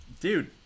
Dude